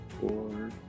four